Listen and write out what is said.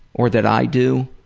or that i do,